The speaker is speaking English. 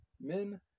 men